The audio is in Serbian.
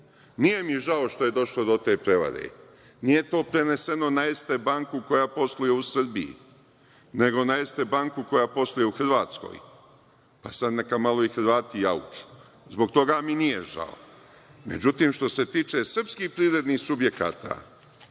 mi žao što je došlo do te prevare. Nije to preneseno na „Erste banku“ koja posluje u Srbiji, nego na „Erste banku“ koja posluje u Hrvatskoj. Neka sada malo Hrvati jauču. Zbog toga mi nije žao. Međutim, što se tiče srpskih privrednih subjekata,